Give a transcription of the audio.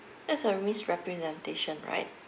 that's a misrepresentation right